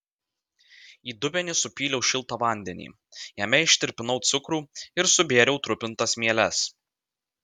į dubenį supyliau šiltą vandenį jame ištirpinau cukrų ir subėriau trupintas mieles